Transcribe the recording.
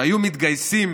שהיו מתגייסים